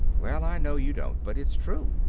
well, i know you don't, but it's true.